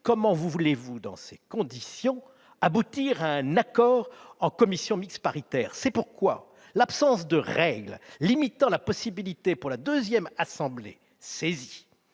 Comment voulez-vous, dans ces conditions, aboutir à un accord en commission mixte paritaire ? C'est pourquoi l'absence de règles limitant la possibilité, pour la seconde assemblée saisie,